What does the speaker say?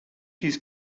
his